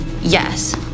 yes